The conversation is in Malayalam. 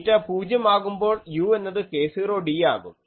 തീറ്റ പൂജ്യം ആകുമ്പോൾ u എന്നത് k0d ആകും